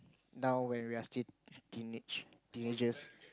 now when we are still teenage teenagers